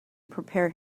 prepare